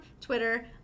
Twitter